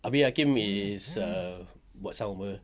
abeh hakim is a buat sounds [pe]